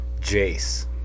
Jace